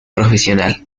profesional